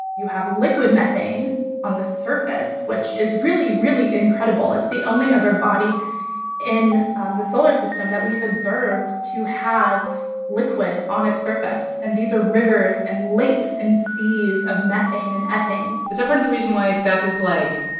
you have liquid methane on the surface, which is really, really incredible. it's the only other body in the solar system that we've observed to have liquid on its surface. and these are rivers and lakes and seas of methane and ethane is that part of the reason why it's got this, like,